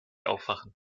aufwachen